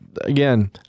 again